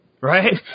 right